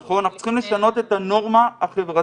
נכון, אנחנו צריכים לשנות את הנורמה החברתית.